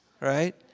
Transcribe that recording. right